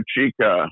Chica